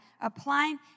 applying